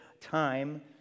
time